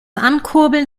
ankurbeln